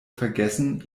vergessen